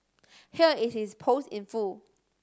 here is his post in full